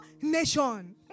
nation